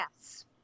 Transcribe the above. Yes